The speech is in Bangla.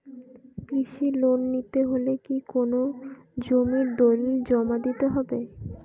কৃষি লোন নিতে হলে কি কোনো জমির দলিল জমা দিতে হবে?